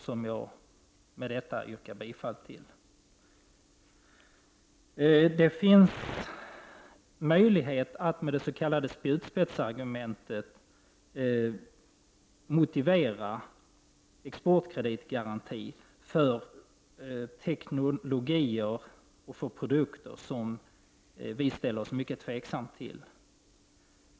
Jag yrkar härmed bifall till reservation 2; Det finns möjlighet att med det s.k. spjutspetsargumentet motivera exportkreditgarantier för teknik och produkter som vi ställer oss mycket tveksamma till.